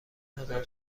دادم